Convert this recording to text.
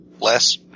less